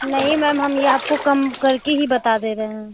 नहीं मैम हम यह आपको कम करके ही बता दे रहे हैं